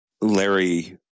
Larry